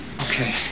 Okay